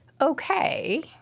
okay